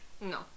No